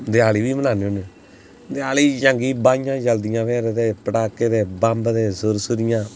देआली बी मनान्ने होन्ने देआली गी चंगी बाहियां चलदियां फिर ते पटाखे ते बम्ब ते सुरसुरियां